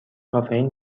کافئین